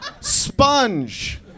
Sponge